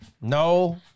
No